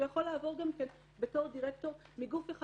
הוא יכול גם לעבור בתור דירקטור מגוף אחד